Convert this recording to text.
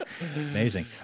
Amazing